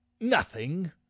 nothing